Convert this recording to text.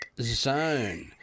Zone